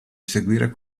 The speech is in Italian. seguire